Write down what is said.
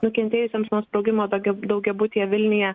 nukentėjusiems nuo sprogimo daugia daugiabutyje vilniuje